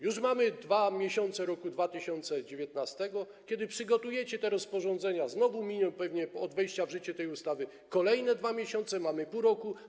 Już mamy za sobą 2 miesiące roku 2019, kiedy przygotujecie te rozporządzenia, znowu miną pewnie od wejścia w życie tej ustawy kolejne 2 miesiące, i mamy pół roku.